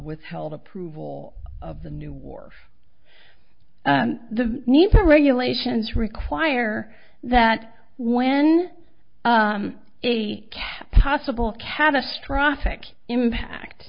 withheld approval of the new war the need for regulations require that when a can possible catastrophic impact